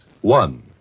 One